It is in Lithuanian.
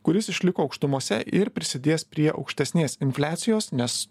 kuris išliko aukštumose ir prisidės prie aukštesnės infliacijos nes